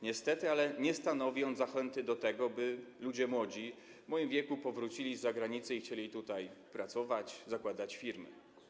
Niestety, ale nie stanowi on zachęty do tego, by ludzie młodzi, w moim wieku, powrócili z zagranicy i chcieli tutaj pracować, zakładać firmy.